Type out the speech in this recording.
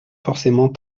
forcément